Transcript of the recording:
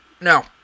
No